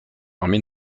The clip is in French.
armée